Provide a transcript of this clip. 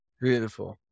beautiful